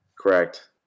Correct